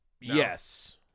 Yes